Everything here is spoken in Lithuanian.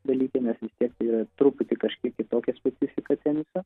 dalykinės vis tiek tai yra truputį kažkiek kitokia specifika teniso